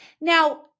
Now